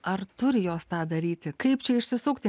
ar turi jos tą daryti kaip čia išsisukti